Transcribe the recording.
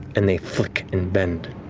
and they flick and bend,